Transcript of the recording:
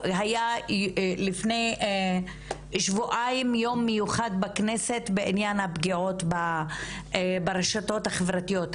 לפני שבועיים היה יום מיוחד בכנסת בעניין הפגיעות ברשתות החברתיות.